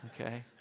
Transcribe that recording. Okay